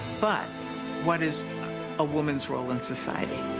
but what is a woman's role in society?